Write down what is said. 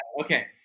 Okay